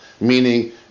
meaning